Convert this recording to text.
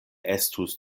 estus